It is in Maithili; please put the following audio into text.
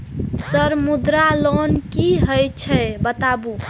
सर मुद्रा लोन की हे छे बताबू?